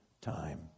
time